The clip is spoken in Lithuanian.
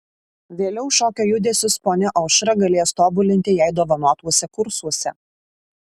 vėliau šokio judesius ponia aušra galės tobulinti jai dovanotuose kursuose